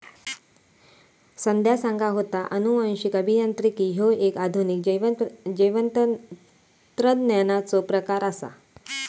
संध्या सांगा होता, अनुवांशिक अभियांत्रिकी ह्यो एक आधुनिक जैवतंत्रज्ञानाचो प्रकार आसा